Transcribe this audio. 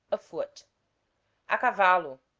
afoot a cavallo,